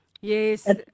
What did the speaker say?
Yes